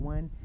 One